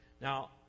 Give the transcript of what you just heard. Now